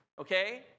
Okay